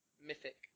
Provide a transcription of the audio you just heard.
mythic